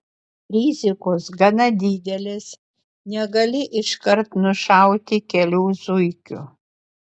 rizikos gana didelės negali iškart nušauti kelių zuikių